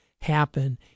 happen